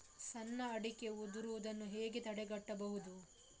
ಸಣ್ಣ ಅಡಿಕೆ ಉದುರುದನ್ನು ಹೇಗೆ ತಡೆಗಟ್ಟಬಹುದು?